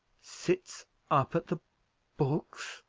sits up at the books!